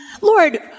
Lord